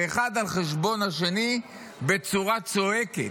זה אחד על חשבון השני בצורה צועקת.